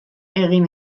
egin